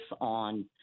on